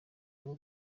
rwo